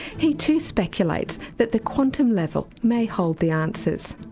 he too speculates that the quantum level may hold the answers.